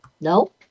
No